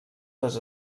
les